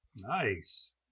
Nice